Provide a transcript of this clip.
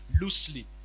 loosely